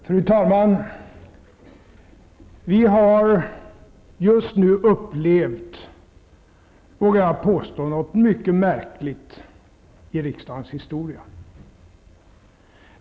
Fru talman! Vi har just nu upplevt, vågar jag påstå, något mycket märkligt i riksdagens historia.